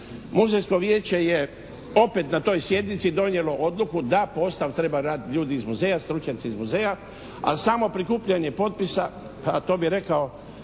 Muzejsko vijeće je opet na toj sjednici donijelo odluku da postav treba raditi ljudi iz muzeja, stručnjaci iz muzeja a samo prikupljanje potpisa, a to bi rekao,